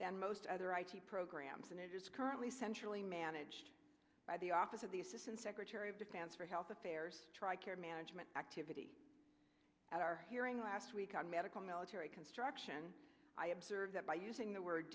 than most other i t programs and currently centrally managed by the office of the assistant secretary of defense for health affairs tri care management activity at our hearing last week on medical military construction i observed that by using the word